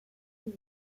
nire